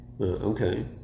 Okay